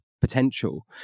potential